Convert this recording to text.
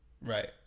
Right